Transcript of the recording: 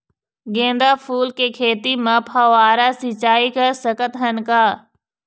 गेंदा फूल के खेती म फव्वारा सिचाई कर सकत हन का?